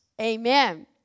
Amen